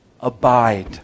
abide